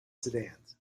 sedans